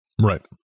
Right